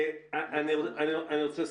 אני רוצה לסכם.